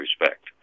respect